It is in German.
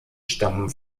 stammen